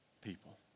people